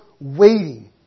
waiting